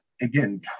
again